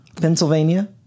Pennsylvania